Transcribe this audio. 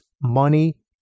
money